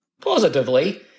Positively